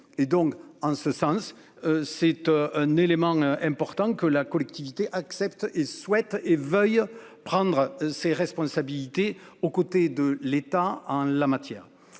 et donc en ce sens cette un élément important que la collectivité accepte et souhaite et veuille prendre ses responsabilités, aux côtés de l'État en la matière.